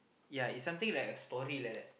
ya is something like a story like that